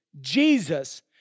Jesus